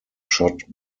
shot